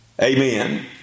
Amen